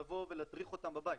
לבוא ולהדריך אותם בבית,